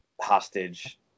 hostage